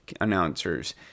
announcers